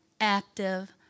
active